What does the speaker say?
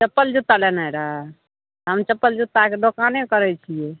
चप्पल जुत्ता लेनाइ रहै हम चप्पल जुत्ताके दोकाने करै छिए